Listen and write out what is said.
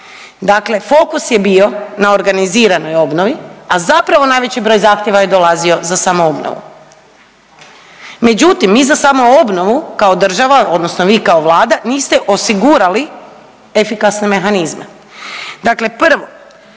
Dakle, fokus je bio na organiziranoj obnovi, a zapravo najveći broj zahtjeva je dolazio za samoobnovu. Međutim, mi za samoobnovu kao država odnosno vi kao Vlada niste osigurali efikasne mehanizme. Dakle, prvo